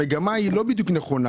המגמה היא לא בדיוק נכונה,